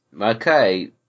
Okay